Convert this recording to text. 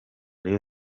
rayon